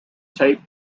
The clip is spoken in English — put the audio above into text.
tape